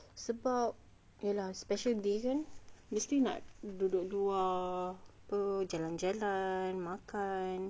sebab iya lah special day kan mesti nak duduk luar apa jalan-jalan makan